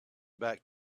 back